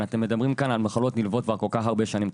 אתם מדברים כאן על מחלות נלוות כל כך הרבה שנים.